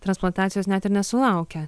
transplantacijos net ir nesulaukia